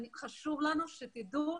חשוב לנו שתדעו,